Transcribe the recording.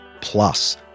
plus